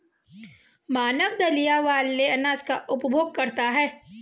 मानव दलिया वाले अनाज का उपभोग करता है